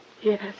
yes